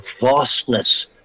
vastness